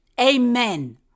Amen